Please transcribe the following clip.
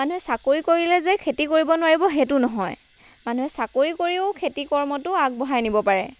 মানুহে চাকৰি কৰিলেই যে খেতি কৰিব নোৱাৰিব সেইটো নহয় মানুহে চাকৰি কৰিও খেতি কৰ্মটো আগবঢ়াই নিব পাৰে